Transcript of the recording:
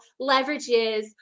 leverages